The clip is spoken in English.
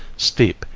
steep,